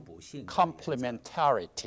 complementarity